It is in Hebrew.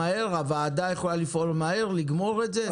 הוועדה יכולה לפעול מהר ולגמור את זה?